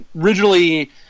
originally